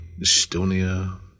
Estonia